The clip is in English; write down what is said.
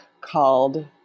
called